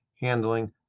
handling